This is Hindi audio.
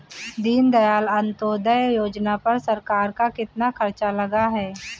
दीनदयाल अंत्योदय योजना पर सरकार का कितना खर्चा लगा है?